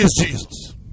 Jesus